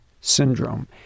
syndrome